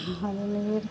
आनी मागीर